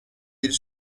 bir